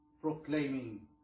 proclaiming